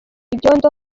ibyondo